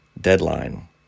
deadline